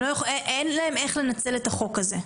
אין להם איך לנצל את החוק הזה,